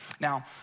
Now